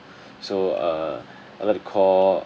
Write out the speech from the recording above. so uh I'd like to call